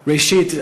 ראשית,